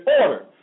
order